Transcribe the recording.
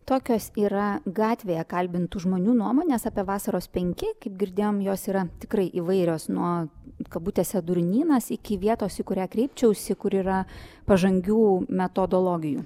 tokios yra gatvėje kalbintų žmonių nuomonės apie vasaros penki kaip girdėjom jos yra tikrai įvairios nuo kabutėse durnynas iki vietos į kurią kreipčiausi kur yra pažangių metodologijų